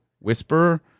whisperer